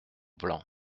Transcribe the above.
blanc